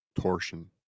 Torsion